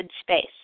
space